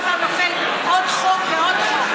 כל פעם נופל עוד חוק ועוד חוק.